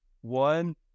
one